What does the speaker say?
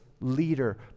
leader